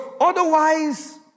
otherwise